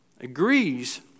agrees